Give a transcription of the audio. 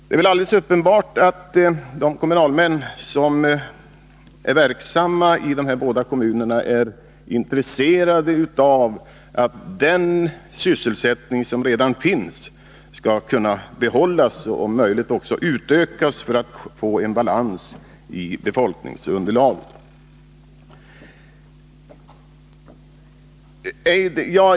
Det är väl alldeles uppenbart att de kommunalmän som är verksamma i de här båda kommunerna är intresserade av att den sysselsättning som redan finns skall kunna behållas och om möjligt också utökas för att man skall kunna få en balans i befolkningsunderlaget.